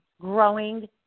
growing